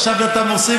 עכשיו אתה מוסיף,